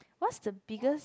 what's the biggest